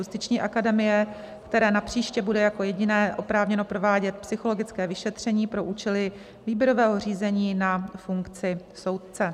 Justiční akademie, které napříště bude jako jediné oprávněno provádět psychologické vyšetření pro účely výběrového řízení na funkci soudce.